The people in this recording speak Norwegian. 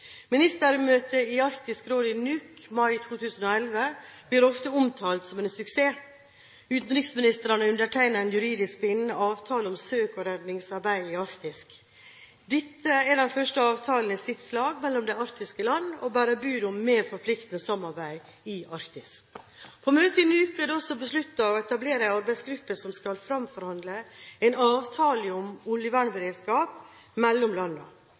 Ministermøtet i Arktisk råd i Nuuk mai 2011 blir ofte omtalt som en suksess. Utenriksministrene undertegnet en juridisk bindende avtale om søk- og redningssamarbeid i Arktis. Dette er den første avtalen i sitt slag mellom de arktiske land og bærer bud om et mer forpliktende samarbeid i Arktis. På møtet i Nuuk ble det også besluttet å etablere en arbeidsgruppe som skal fremforhandle en avtale om oljevernberedskap mellom